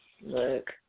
Look